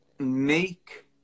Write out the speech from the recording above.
Make